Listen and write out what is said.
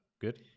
Good